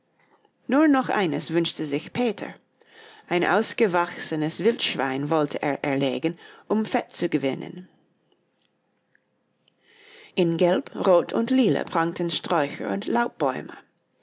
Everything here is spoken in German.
nur noch eines wünschte sich peter ein ausgewachsenes wildschwein wollte er erlegen um fett zu gewinnen in gelb rot und lila prangten sträucher und